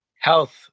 Health